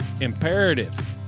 imperative